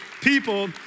people